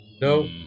No